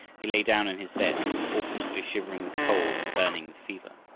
he lay down in his bed, alternately shivering with cold and burning with fever.